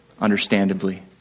understandably